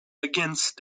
against